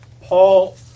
Paul